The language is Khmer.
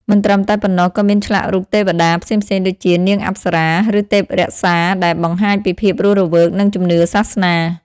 មិនត្រឹមតែប៉ុណ្ណោះ ក៏មានឆ្លាក់រូបទេវតាផ្សេងៗដូចជា នាងអប្សរា ឬទេពរក្សា ដែលបង្ហាញពីភាពរស់រវើក និងជំនឿសាសនា។